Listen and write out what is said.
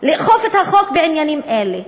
לאכוף את החוק בעניינים אלה.